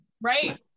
Right